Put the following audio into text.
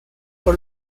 por